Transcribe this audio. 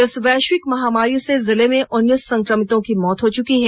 इस वैश्विक महामारी से जिले में उन्नीस संक्रमितों की मौत हो चुकी है